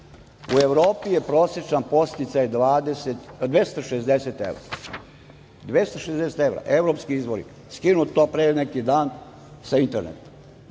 U Evropi je prosečan podsticaj 260 evra. Evropski izvori, skinuti pre neki dan sa interneta.